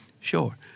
Sure